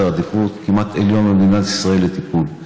עדיפויות כמעט עליון במדינת ישראל לטיפול.